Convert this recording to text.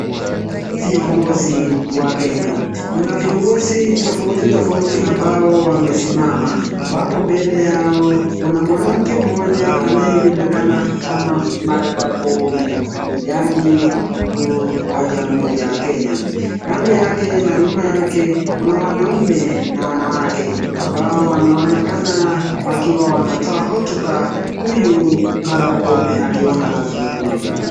Viongozi wa Kenya. Kuna viongozi tofauti tofauti ambao wamesimama ambapo mbele yao kuna mwanamke mmoja anayejulikana kama Martha Koome, ni jaji mkuu wa Jamhuri ya Kenya. Kando yake na nyuma yake kuna wanaume na wanawake ambao wanaonekana wakiwa wanatoa hotuba. Huyu Martha Koome akiwa anazungumza.